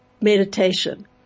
meditation